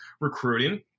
recruiting